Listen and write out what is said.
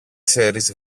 ξέρεις